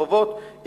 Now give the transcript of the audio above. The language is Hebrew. חובות,